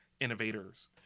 innovators